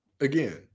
again